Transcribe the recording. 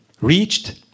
reached